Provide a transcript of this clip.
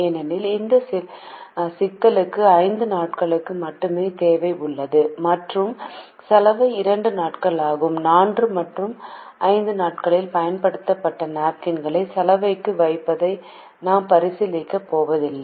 ஏனெனில் இந்த சிக்கலுக்கு 5 நாட்களுக்கு மட்டுமே தேவை உள்ளது மற்றும் சலவை 2 நாட்கள் ஆகும் 4 மற்றும் 5 நாட்களில் பயன்படுத்தப்பட்ட நாப்கின்களை சலவைக்கு வைப்பதை நாம் பரிசீலிக்கப் போவதில்லை